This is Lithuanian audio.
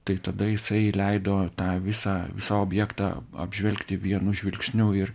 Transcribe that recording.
tai tada jisai leido tą visą visą objektą apžvelgti vienu žvilgsniu ir